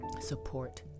Support